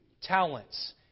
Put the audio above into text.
talents